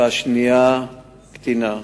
והשנייה קטינה.